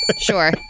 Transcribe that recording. Sure